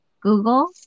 Google